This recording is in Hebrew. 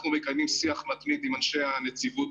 אנחנו מקיימים שיח מתמיד עם אנשי הנציבות,